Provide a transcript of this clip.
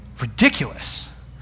ridiculous